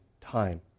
time